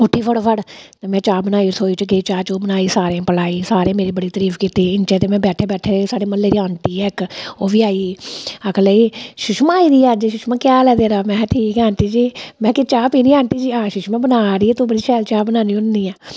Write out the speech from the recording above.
उट्ठी फटोफट ते में चाह् बनाई रसोई च गेई चाह् चूह् बनाई सारें गी पलाई सारें मेरी बड़ी तरीफ कीती इ'न्नै चिर ते में बैठे बैठे इक आंटी ऐ साढ़े म्हल्ले दी ओह् बी आई गेई आखन लगी सुषमा आई दी ऐ अज्ज सुषमा केह् हाल ऐ तेरा मैहें ठीक ऐ आंटी जी में आखेआ चाह् पीनी आंटी जी हां सुषमा बना अड़ियै तू बड़ी शैल चाह् बनानी होन्नी ऐं